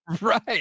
Right